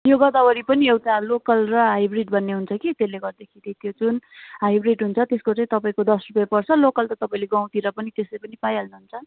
यो गोदावरी पनि एउटा लोकल र हाइब्रिड भन्ने हुन्छ कि त्यसले गर्दाखेरि त्यो जुन हाइब्रिड हुन्छ त्यसको चाहिँ तपाईँको दस रुपियाँ पर्छ लोकल त तपाईँले गाउँतिर पनि त्यसै पनि पाइहाल्नु हुन्छ